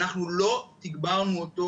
אנחנו לא תגברנו אותו,